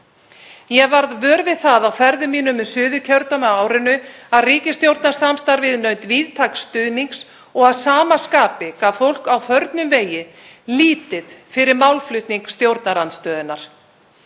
Ég varð vör við það á ferðum mínum í Suðurkjördæmi á árinu að ríkisstjórnarsamstarfið naut víðtæks stuðnings og að sama skapi gaf fólk á förnum vegi lítið fyrir málflutning stjórnarandstöðunnar.